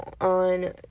on